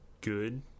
good